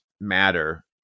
matter